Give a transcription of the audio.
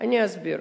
אני אסביר.